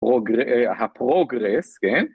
‫הפרוגרס, כן?